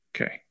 Okay